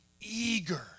eager